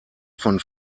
von